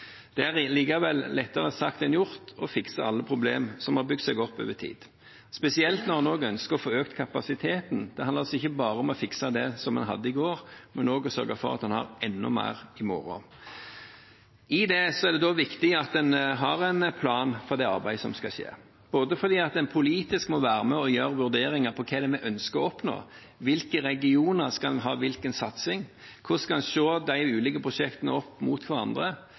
Det er likevel lettere sagt enn gjort å fikse alle problemer som har bygd seg opp over tid, spesielt når en også ønsker å få økt kapasiteten. Det handler altså ikke bare om å fikse det som en hadde i går, men også om å sørge for at en har enda mer i morgen. Da er det viktig at en har en plan for det arbeidet som skal skje, fordi en politisk må være med og vurdere hva det er vi ønsker å oppnå. I hvilke regioner skal en ha hvilken satsing? Hvordan skal en se de ulike prosjektene opp mot hverandre?